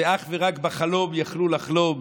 ואך ורק בחלום יכלו לחלום